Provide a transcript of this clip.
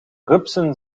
rupsen